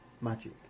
magic